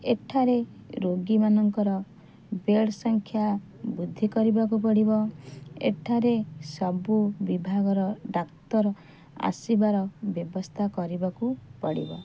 ଏଠାରେ ରୋଗୀ ମାନଙ୍କର ବେଡ଼୍ ସଂଖ୍ୟା ବୃଦ୍ଧି କରିବାକୁ ପଡ଼ିବ ଏଠାରେ ସବୁ ବିଭାଗର ଡାକ୍ତର ଆସିବାର ବ୍ୟବସ୍ଥା କରିବାକୁ ପଡ଼ିବ